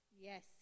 Yes